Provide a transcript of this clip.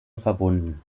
verbunden